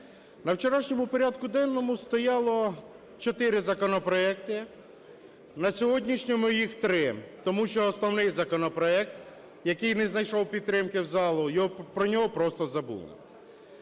На вчорашньому порядку денному стояло 4 законопроекти, на сьогоднішньому – їх 3, тому що основний законопроект, який не знайшов підтримки залу, про нього просто забули.